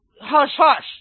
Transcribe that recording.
hush-hush